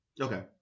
Okay